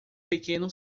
pequeno